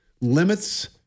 limits